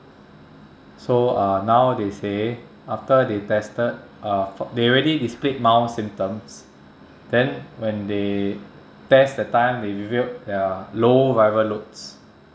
so uh now they say after they tested uh they already displayed mild symptoms then when they test that time the reviewed they are low viral loads